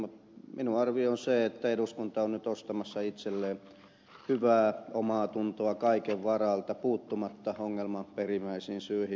minun arvioni on se että eduskunta on nyt ostamassa itselleen hyvää omaatuntoa kaiken varalta puuttumatta ongelman perimmäisiin syihin